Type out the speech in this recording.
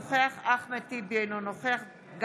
אינו נוכח אחמד טיבי,